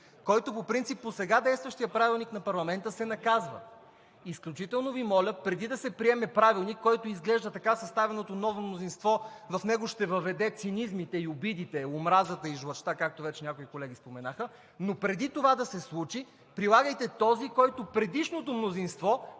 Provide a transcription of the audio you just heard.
който по принцип, по сега действащия Правилник на парламента, се наказва. Изключително моля, преди да се приеме правилник, в който изглежда, че така съставеното ново мнозинство в него ще въведе цинизмите, обидите, омразата и жлъчта, както вече някои колеги споменаха, но преди това да се случи, прилагайте този, който предишното мнозинство